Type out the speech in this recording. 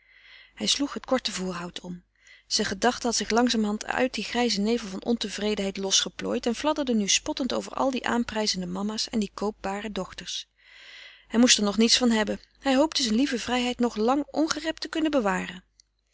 hij sloeg het korte voorhout om zijn gedachte had zich langzamerhand uit dien grijzen nevel van ontevredenheid losgeplooid en fladderde nu spottend over al die aanprijzende mama's en die koopbare dochters hij moest er nog niets van hebben hij hoopte zijne lieve vrijheid nog lang ongerept te kunnen bewaren